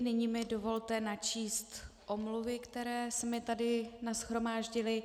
Nyní mi dovolte načíst omluvy, které se mi tady nashromáždily.